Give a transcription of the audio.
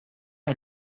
est